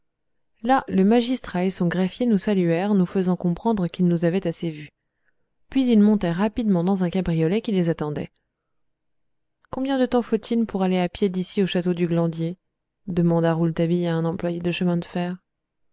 là le magistrat et son greffier nous saluèrent nous faisant comprendre qu'ils nous avaient assez vus puis ils montèrent rapidement dans un cabriolet qui les attendait combien de temps faut-il pour aller à pied d'ici au château du glandier demanda rouletabille à un employé de chemin de fer